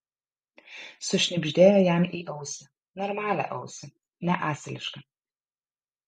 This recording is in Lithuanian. sušnibždėjo jam į ausį normalią ausį ne asilišką